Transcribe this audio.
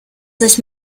sich